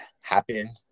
happen